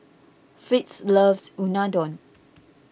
Fritz loves Unadon